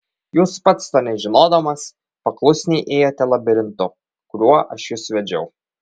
jūs pats to nežinodamas paklusniai ėjote labirintu kuriuo aš jus vedžiau